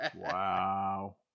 Wow